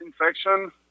infection